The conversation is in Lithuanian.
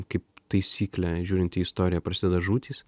kaip taisyklė žiūrint į istoriją prasideda žūtys